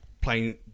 playing